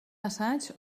assaig